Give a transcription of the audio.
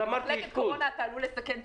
אתקן את